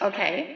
Okay